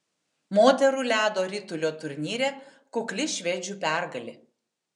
moterų ledo ritulio turnyre kukli švedžių pergalė